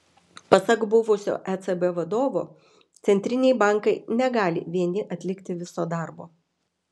pasak buvusio ecb vadovo centriniai bankai negali vieni atlikti viso darbo